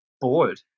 bored